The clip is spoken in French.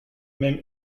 même